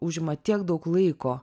užima tiek daug laiko